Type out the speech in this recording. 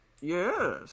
Yes